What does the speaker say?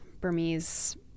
Burmese